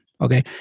okay